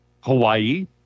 Hawaii